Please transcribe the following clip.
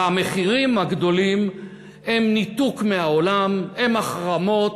והמחירים הגדולים הם ניתוק מהעולם, הם החרמות,